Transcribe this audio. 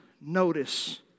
notice